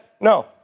No